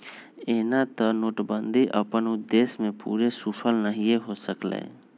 एना तऽ नोटबन्दि अप्पन उद्देश्य में पूरे सूफल नहीए हो सकलै